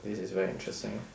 this is very interesting